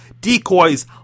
decoys